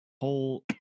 whole